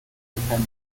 dependent